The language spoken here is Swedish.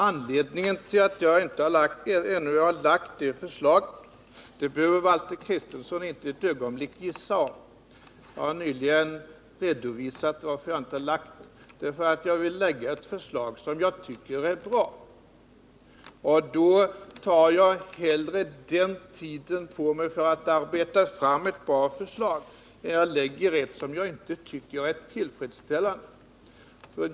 Anledningen till att jag ännu inte har lagt fram förslaget behöver Valter Kristenson inte för ett ögonblick gissa. Jag har nyligen redovisat varför jag inte har lagt fram det. Jag vill nämligen lägga fram ett förslag som jag tycker är bra. Och då tar jag hellre den tiden på mig för att arbeta fram ett bra förslag än att jag lägger fram ett förslag som jag inte tycker är tillfredsställande.